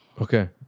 Okay